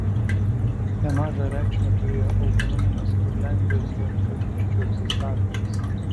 nemažą reikšmę turėjo autonominės kurliandijos hercogysčių egzistavimas